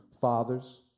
fathers